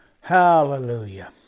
hallelujah